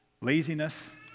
laziness